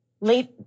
late